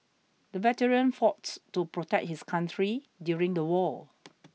the veteran fought to protect his country during the war